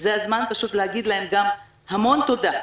וזה הזמן פשוט להגיד להם גם המון תודה.